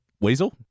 Weasel